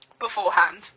beforehand